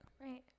Right